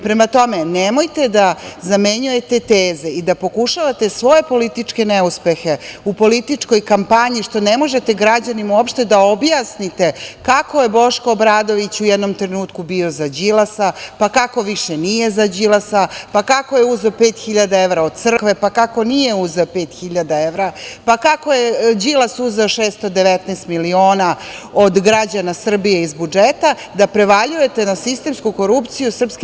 Prema tome, nemojte da zamenjujete teze i da pokušavate svoje političke neuspehe u političkoj kampanji, što ne možete građanima uopšte da objasnite kako je Boško Obradović u jednom trenutku bio za Đilasa, pa kako više nije za Đilasa, pa kako je uzeo 5.000 evra od crkve, pa kako nije uzeo 5.000 evra, pa kako je Đilas uzeo 619 miliona od građana Srbije iz budžeta, da prevaljujete na sistemsku korupciju SNS.